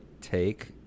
take